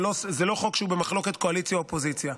זה לא חוק שהוא במחלוקת קואליציה אופוזיציה.